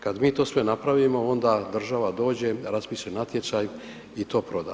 Kad mi to sve napravimo, onda država dođe, raspisuje natječaj i to proda.